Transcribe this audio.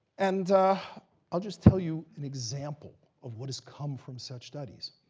and i'll just tell you an example of what has come from such studies.